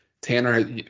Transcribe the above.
Tanner